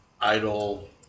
idle